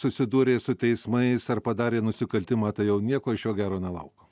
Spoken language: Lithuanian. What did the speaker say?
susidūrė su teismais ar padarė nusikaltimą tai jau nieko iš jo gero nelauk